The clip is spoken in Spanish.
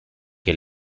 que